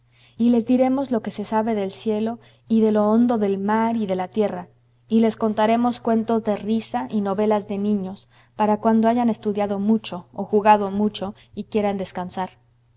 y les diremos lo que se sabe del cielo y de lo hondo del mar y de la tierra y les contaremos cuentos de risa y novelas de niños para cuando hayan estudiado mucho o jugado mucho y quieran descansar